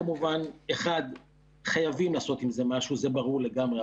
כמובן, חייבים לעשות עם זה משהו, זה ברור לגמרי.